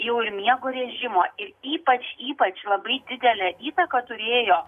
jau ir miego režimo ir ypač ypač labai didelę įtaką turėjo